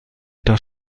das